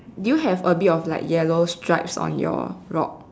do you have a bit of like yellow stripes on your rock